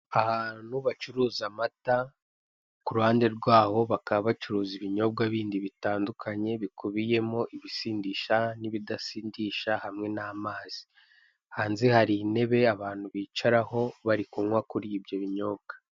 Ahantu bacuruza amata, kuruhande rwaho bakaba bacuruza ibindi binyobwa bitandukanye birimo ibisindisha n'ibidasindisha hamwe n'amazi, hanze hari ntebe abantu bicaraho bari kunywa kuri ibyo binyobwa.